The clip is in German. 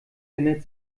ändert